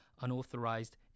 unauthorized